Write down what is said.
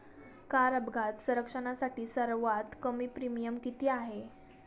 Car अपघात संरक्षणासाठी सर्वात कमी प्रीमियम किती आहे?